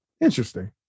Interesting